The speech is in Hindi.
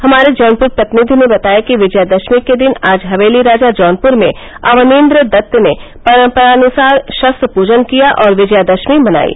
हमारे जौनपुर प्रतिनिधि ने बताया कि विजयादशमी के दिन आज हवेली राजा जौनपुर में अवनीन्द्र दत्त ने परम्परानुसार शस्त्र पूजन किया और विजयादशमी मनायी